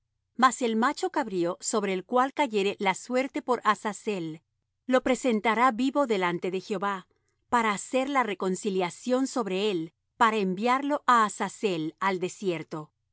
mas el macho cabrío sobre el cual cayere la suerte por azazel lo presentará vivo delante de jehová para hacer la reconciliación sobre él para enviarlo á azazel al desierto y